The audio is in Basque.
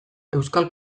euskal